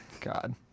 God